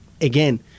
again